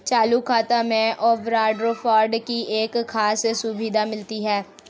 चालू खाता में ओवरड्राफ्ट की एक खास सुविधा मिलती है